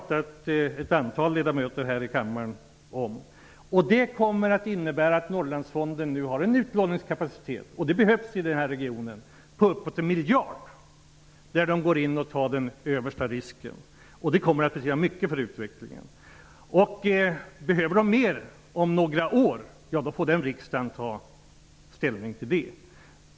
Vi är ett antal ledamöter här i kammaren som har pratat om detta. Detta innebär att Norrlandsfonden har en utlåningskapacitet på uppemot en miljard; det behövs i den här regionen. Fonden tar den största risken. Det här kommer att betyda mycket för utvecklingen. Om fonden behöver mer pengar om några år får riksdagen då ta ställning till det.